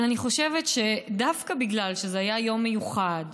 אבל אני חושבת שדווקא בגלל שזה היה יום מיוחד,